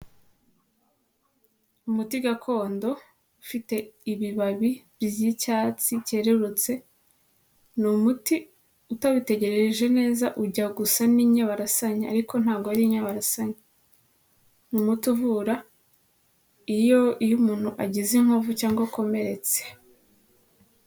Umuti gakondo ufite ibibabi ry'icyatsi cyerurutse ni umuti utabitegereje neza ujya gusa n'inyabarasanya ariko ntabwo ari inya bararasaumuti uvura iyo iyo umuntu agize inkovu cyangwa akomeretse.